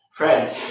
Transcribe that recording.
friends